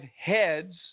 heads